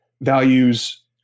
values